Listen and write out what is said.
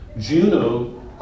Juno